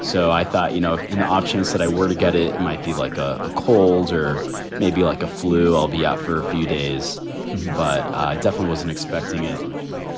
so i thought, you know, if in the off chance that i were to get it, it might be like ah a cold or maybe like a flu. i'll be out for a few days but i definitely wasn't expecting it